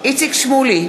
איציק שמולי,